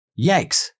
Yikes